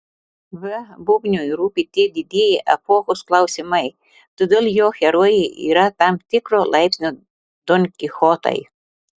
v bubniui rūpi tie didieji epochos klausimai todėl jo herojai yra tam tikro laipsnio donkichotai